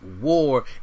War